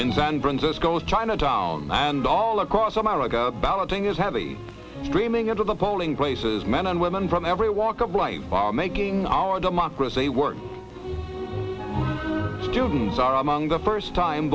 in san francisco's chinatown and all across america balloting is heavy streaming into the polling places men and women from every walk of life by making our democracy work students are among the first time